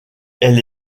elle